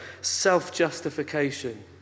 Self-justification